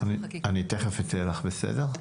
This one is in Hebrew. אני תכף אתן לך, בסדר?